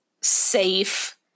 safe